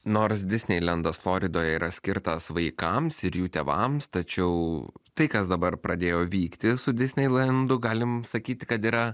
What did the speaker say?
nors disneilendas floridoje yra skirtas vaikams ir jų tėvams tačiau tai kas dabar pradėjo vykti su disneilendu galim sakyti kad yra